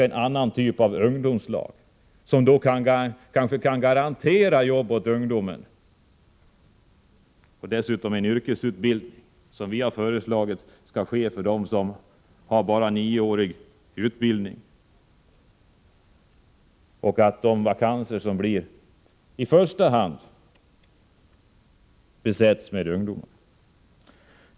En annan typ av ungdomslag, som kan garantera jobb åt ungdomen och dessutom en yrkesutbildning, borde skapas, vilket vi har föreslagit för dem som bara har nioårig utbildning. Vakanser som uppstår skall i första hand besättas med ungdomar.